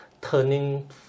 turning